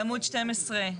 בעמוד 12,